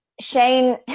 Shane